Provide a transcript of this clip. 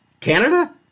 Canada